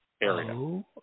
area